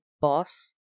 boss